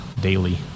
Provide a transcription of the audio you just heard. daily